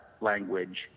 language